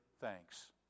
thanks